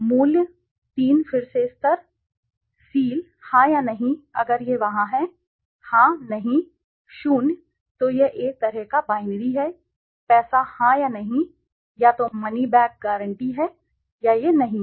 मूल्य तीन फिर से स्तर सील हाँ या नहीं अगर यह वहाँ है हाँ नहीं शून्य तो यह एक तरह का बाइनरी है पैसा हाँ या नहीं या तो मनी बैक गारंटी है या यह नहीं है